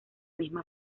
misma